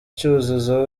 cyuzuzo